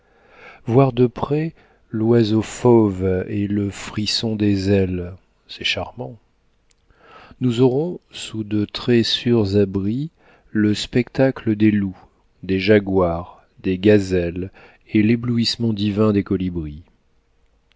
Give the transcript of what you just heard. voir de près l'oiseau fauve et le frisson des ailes c'est charmant nous aurons sous de très sûrs abris le spectacle des loups des jaguars des gazelles et l'éblouissement divin des colibris